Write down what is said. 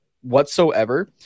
whatsoever